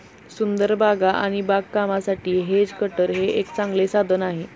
सुंदर बागा आणि बागकामासाठी हेज कटर हे एक चांगले साधन आहे